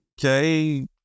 okay